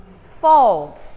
Fold